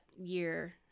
year